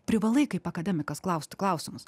privalai kaip akademikas klausti klausimus